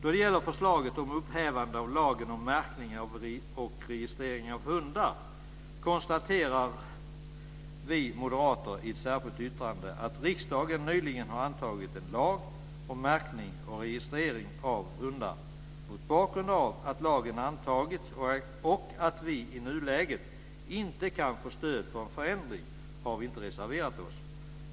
Sedan gäller det förslaget om upphävande av lagen om märkning och registrering av hundar. Där konstaterar vi moderater i ett särskilt yttrande att riksdagen nyligen har antagit en lag om märkning och registrering av hundar. Mot bakgrund av att lagen antagits och att vi i nuläget inte kan få stöd för en förändring har vi inte reserverat oss.